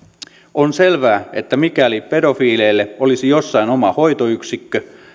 on selvää että mikäli pedofiileille olisi jossain oma hoitoyksikkö